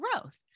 growth